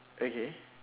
okay